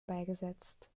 beigesetzt